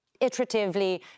Iteratively